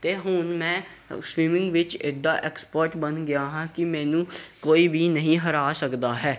ਅਤੇ ਹੁਣ ਮੈਂ ਸਵਿਮਿੰਗ ਵਿੱਚ ਇੱਦਾਂ ਐਕਸਪਰਟ ਬਣ ਗਿਆ ਹਾਂ ਕਿ ਮੈਨੂੰ ਕੋਈ ਵੀ ਨਹੀਂ ਹਰਾ ਸਕਦਾ ਹੈ